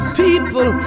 people